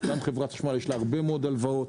גם לחברת החשמל יש הרבה מאוד הלוואות,